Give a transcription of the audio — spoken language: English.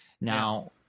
Now